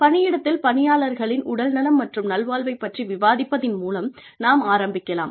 பணியிடத்தில் பணியாளர்களின் உடல்நலம் மற்றும் நல்வாழ்வைப் பற்றி விவாதிப்பதன் மூலம் நாம் ஆரம்பிக்கலாம்